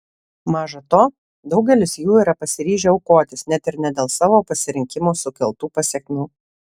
maža to daugelis jų yra pasiryžę aukotis net ir ne dėl savo pasirinkimo sukeltų pasekmių